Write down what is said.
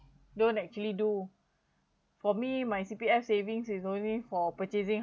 don't actually do for me my C_P_F savings is only for purchasing